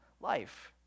life